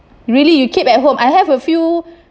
really you keep at home I have a few